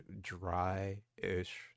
dry-ish